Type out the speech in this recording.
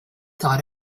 thought